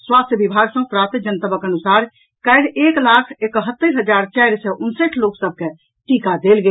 स्वास्थ्य विभाग सँ प्राप्त जनतबक अनुसार काल्हि एक लाख एकहत्तरि हजार चारि सय उनसठि लोक सभ के टीका देल गेल